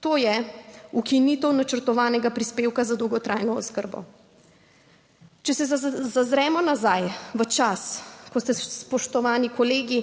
to je ukinitev načrtovanega prispevka za dolgotrajno oskrbo. Če se ozremo nazaj v čas, ko ste, spoštovani kolegi